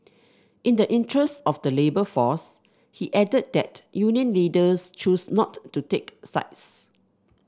in the interest of the labour force he added that union leaders choose not to take sides